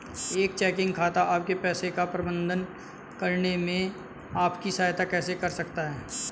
एक चेकिंग खाता आपके पैसे का प्रबंधन करने में आपकी सहायता कैसे कर सकता है?